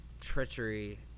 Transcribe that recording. treachery